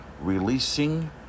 releasing